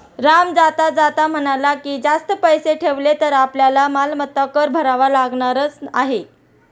राम जाता जाता म्हणाला की, जास्त पैसे ठेवले तर आपल्याला मालमत्ता कर भरावा लागणारच आहे